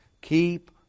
Keep